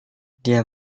dia